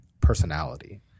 personality